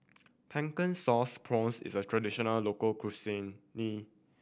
Pumpkin Sauce Prawns is a traditional local cuisine